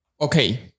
Okay